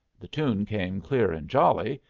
the tune came clear and jolly,